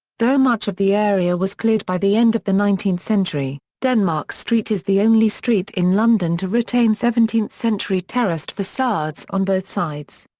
though much of the area was cleared by the end of the nineteenth century, denmark street is the only street in london to retain seventeenth century terraced facades on both sides.